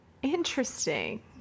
interesting